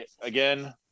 Again